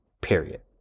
Period